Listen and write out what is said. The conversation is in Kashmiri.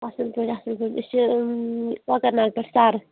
اَصٕل پٲٹھۍ اَصٕل پٲٹھۍ أسۍ چھِ کۄکَر ناگ پٮ۪ٹھ سَرٕ